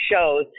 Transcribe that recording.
shows